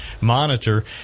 monitor